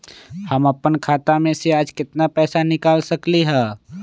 हम अपन खाता में से आज केतना पैसा निकाल सकलि ह?